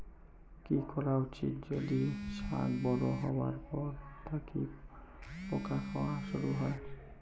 কি করা উচিৎ যদি শাক বড়ো হবার পর থাকি পোকা খাওয়া শুরু হয়?